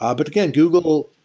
um but again, google,